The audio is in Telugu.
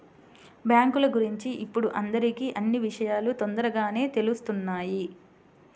బ్యేంకుల గురించి ఇప్పుడు అందరికీ అన్నీ విషయాలూ తొందరగానే తెలుత్తున్నాయి